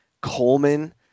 Coleman